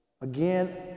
Again